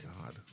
God